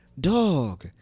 Dog